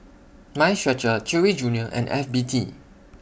Mind Stretcher Chewy Junior and F B T